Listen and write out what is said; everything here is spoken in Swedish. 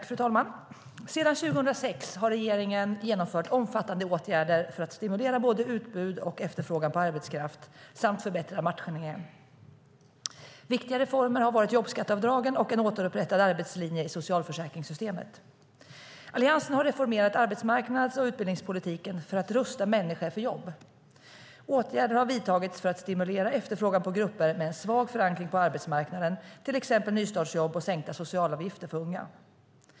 Fru talman! Sedan 2006 har regeringen genomfört omfattande åtgärder för att stimulera både utbud och efterfrågan på arbetskraft samt förbättra matchningen. Viktiga reformer har varit jobbskatteavdragen och en återupprättad arbetslinje i socialförsäkringssystemet. Alliansen har reformerat arbetsmarknads och utbildningspolitiken för att rusta människor för jobb. Åtgärder har vidtagits för att stimulera efterfrågan på grupper med en svag förankring på arbetsmarknaden, till exempel nystartsjobb och sänkta socialavgifter för unga.